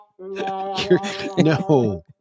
No